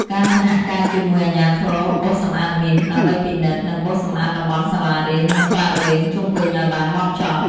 ការសហការជាមួយអាជ្ញាធរបោសសម្អាតមីន ដើម្បីពិនិត្យ និងបោសសម្អាតតំបន់សាលារៀន និងបរិវេណជុំវិញឱ្យបានហ្មត់ចត់។